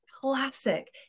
classic